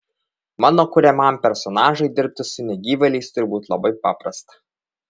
mano kuriamam personažui dirbti su negyvėliais turi būti labai paprasta